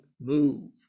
move